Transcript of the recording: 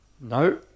No